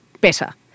better